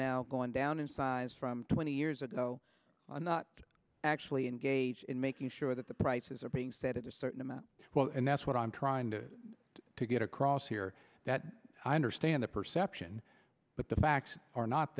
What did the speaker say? now gone down in size from twenty years ago and not actually engage in making sure that the prices are being set it a certain amount and that's what i'm trying to do to get across here that i understand the perception but the facts are not